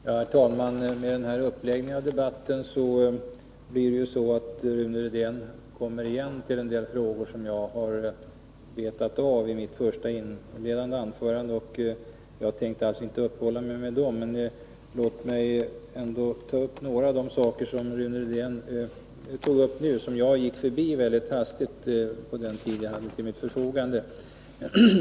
Herr talman! Med den här uppläggningen av debatten blir det så att Rune Rydén åter kommer att ta upp en del frågor som jag har betat av i mitt inledningsanförande, och jag tänkte inte uppehålla mig vid dem. Men låt mig ändå ta upp några av de saker som Rune Rydén berörde nu och som jag gick förbi mycket hastigt på den tid jag hade till mitt förfogande.